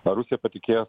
ar rusija patikės